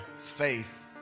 faith